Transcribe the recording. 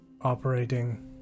operating